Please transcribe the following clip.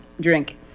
drink